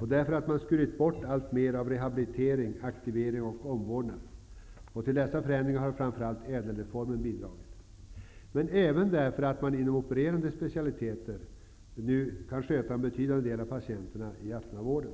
och därför att man skurit bort alltmer av rehabilitering, aktivering och omvårdnad. Till dessa förändringar har särskilt ÄDEL-reformen bidragit. Men en anledning är också att man inom opererande specialiteter nu kan sköta ett betydande antal patienter i den öppna vården.